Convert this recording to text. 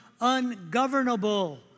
ungovernable